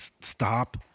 stop